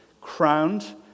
crowned